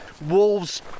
wolves